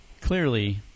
clearly